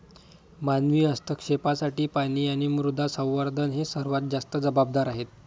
मानवी हस्तक्षेपासाठी पाणी आणि मृदा संवर्धन हे सर्वात जास्त जबाबदार आहेत